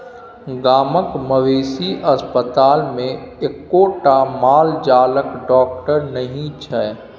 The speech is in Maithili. गामक मवेशी अस्पतालमे एक्कोटा माल जालक डाकटर नहि छै